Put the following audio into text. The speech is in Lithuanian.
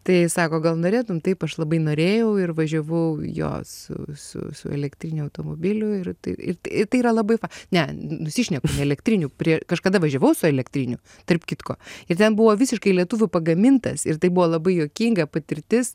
tai sako gal norėtum taip aš labai norėjau ir važiavau jo s su su elektriniu automobiliu ir tai ir tai yra labai fai ne nusišneku ne elektriniu prie kažkada važiavau su elektriniu tarp kitko ir ten buvo visiškai lietuvių pagamintas ir tai buvo labai juokinga patirtis